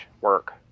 work